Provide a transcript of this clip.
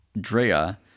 Drea